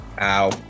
Ow